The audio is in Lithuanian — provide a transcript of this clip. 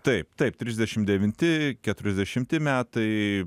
taip taip trisdešim devinti keturiasdešimti metai